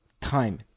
time